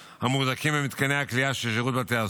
המוחזקים במתקני הכליאה של שירות בתי הסוהר.